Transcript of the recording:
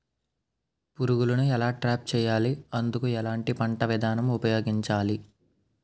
పురుగులను ఎలా ట్రాప్ చేయాలి? అందుకు ఎలాంటి పంట విధానం ఉపయోగించాలీ?